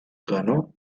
ganó